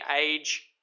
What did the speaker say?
age